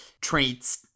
traits